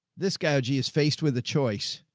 this guy g is faced with a choice.